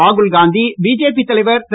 Rahul Gandhi BJP தலைவர் திரு